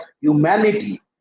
humanity